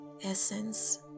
essence